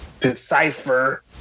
decipher